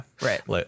right